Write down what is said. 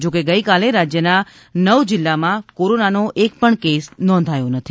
જોકે ગઈકાલે રાજ્યના નવ જિલ્લામાં કોરોનાનો એક પણ કેસ નોંધાયો નથી